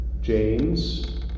James